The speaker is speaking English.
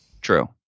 true